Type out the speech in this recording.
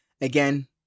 again